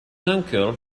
uncle